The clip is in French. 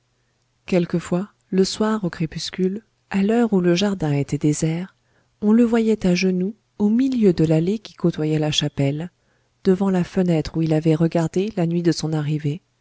quelquefois le soir au crépuscule à l'heure où le jardin était désert on le voyait à genoux au milieu de l'allée qui côtoyait la chapelle devant la fenêtre où il avait regardé la nuit de son arrivée